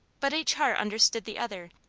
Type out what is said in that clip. but each heart understood the other,